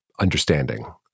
understanding